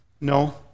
No